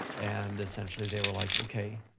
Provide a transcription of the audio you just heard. and essentially, they were like, okay,